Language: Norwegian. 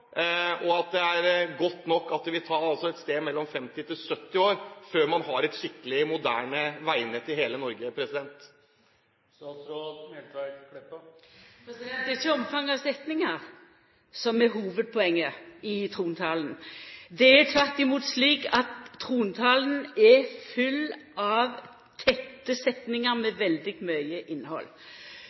statsråden at det er godt nok med et tempo på et sted mellom 50 og 70 år før man har et skikkelig, moderne veinett i hele Norge? Det er ikkje omfanget av setningar som er hovudpoenget i trontalen. Det er tvert imot slik at trontalen er full av tette setningar med veldig